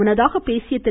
முன்னதாக பேசிய திரு